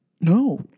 No